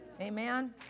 Amen